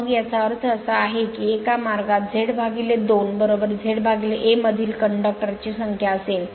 मग याचा अर्थ असा आहे की एका मार्गात Z 2 Z A मधील कंडक्टर ची संख्या असेल